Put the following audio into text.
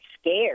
scared